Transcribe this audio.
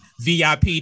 VIP